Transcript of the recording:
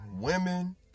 women